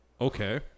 Okay